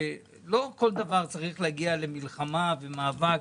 שלא כל דבר צריך להגיע למלחמה ומאבק.